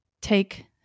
take